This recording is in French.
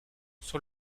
sur